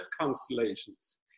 constellations